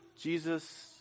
Jesus